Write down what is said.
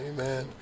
Amen